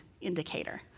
indicator